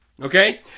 Okay